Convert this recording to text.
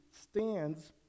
stands